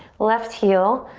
left heel,